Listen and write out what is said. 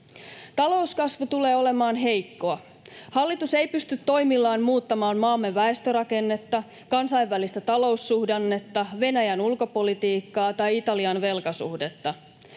Talouskasvu tulee olemaan heikkoa. Hallitus ei pysty toimillaan muuttamaan maamme väestörakennetta, kansainvälistä taloussuhdannetta, Venäjän ulkopolitiikkaa tai Italian velkasuhdetta.